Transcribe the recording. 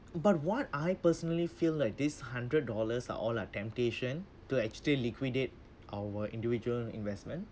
but what I personally feel like this hundred dollars are all are temptation to actually liquidate our individual investment